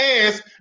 ass